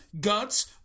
guts